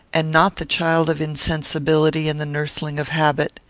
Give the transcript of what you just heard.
and not the child of insensibility and the nursling of habit.